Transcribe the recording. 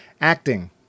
acting